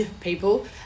people